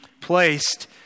placed